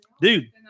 Dude